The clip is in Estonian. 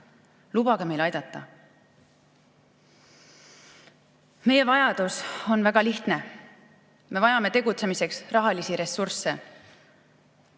Lubage meil aidata! Meie vajadus on väga lihtne. Me vajame tegutsemiseks rahalisi ressursse.